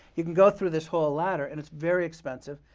you can go through this whole ladder, and it's very expensive.